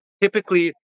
typically